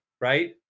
right